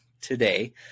today